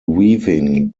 weaving